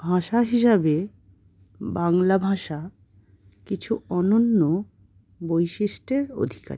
ভাষা হিসাবে বাংলা ভাষা কিছু অনন্য বৈশিষ্ট্যের অধিকারী